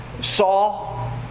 Saul